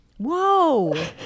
whoa